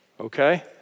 Okay